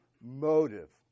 motive